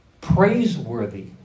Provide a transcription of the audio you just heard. praiseworthy